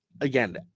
again